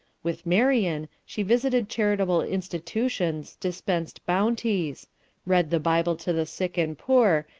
with marian she visited charitable institutions, dispensed bounties read the bible to the sick and poor,